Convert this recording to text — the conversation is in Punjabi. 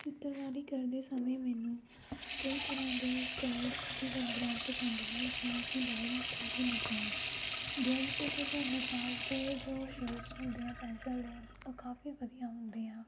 ਚਿੱਤਰਕਾਰੀ ਕਰਨ ਦੇ ਸਮੇਂ ਮੈਨੂੰ ਕਈ ਤਰ੍ਹਾਂ ਦੇ ਕਲਰਸ ਦੀ ਕ ਬਰੈਂਡ ਪਸੰਦ ਹੈ ਜਿਵੇਂ ਕਿ ਡੋਮਸ ਅਤੇ ਨਟਰਾਜ ਡੋਮਸ ਅਤੇ ਨਟਰਾਜ ਦੇ ਜੋ ਸ਼ੇਡਜ ਹੁੰਦੇ ਆ ਪੈਨਸਲ ਦੇ ਉਹ ਕਾਫ਼ੀ ਵਧੀਆ ਹੁੰਦੇ ਆ